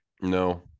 No